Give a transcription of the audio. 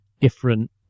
different